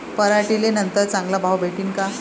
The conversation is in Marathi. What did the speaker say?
पराटीले नंतर चांगला भाव भेटीन का?